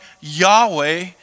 Yahweh